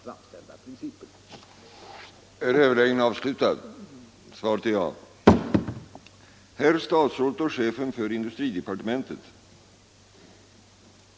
ring av näringslivet på vissa orter i Gävleborgs län